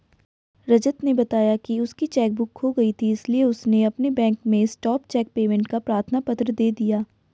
रजत ने बताया की उसकी चेक बुक खो गयी थी इसीलिए उसने अपने बैंक में स्टॉप चेक पेमेंट का प्रार्थना पत्र दे दिया